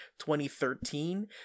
2013